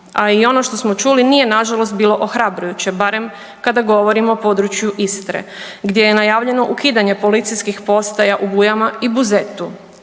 a i ono što smo čuli nije nažalost bilo ohrabrujuće barem kada govorimo o području Istre gdje je najavljeno ukidanje policijskih postaja u Bujama i Buzetu.